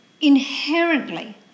Inherently